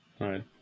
Right